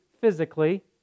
physically